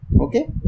okay